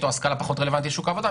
או השכלה פחות רלוונטית לשוק העבודה,